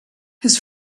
his